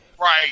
Right